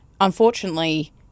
Unfortunately